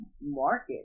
market